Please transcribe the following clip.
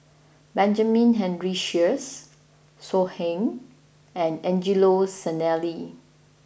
Benjamin Henry Sheares So Heng and Angelo Sanelli